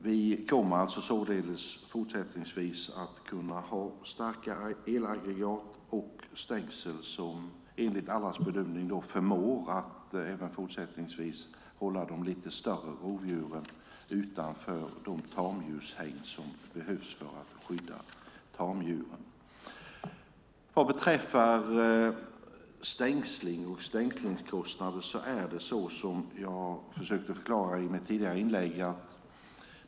Vi kommer således att kunna ha starka elaggregat och stängsel som enligt allas bedömning även fortsättningsvis förmår hålla de lite större rovdjuren utanför de tamdjurshägn som behövs för att skydda tamdjuren. Vad beträffar stängsling och stängslingskostnader är det så som jag försökte förklara i mitt tidigare inlägg.